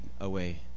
away